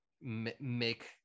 make